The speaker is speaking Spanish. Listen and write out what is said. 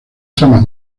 tramas